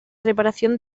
reparación